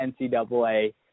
NCAA